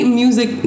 music